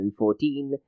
2014